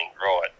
right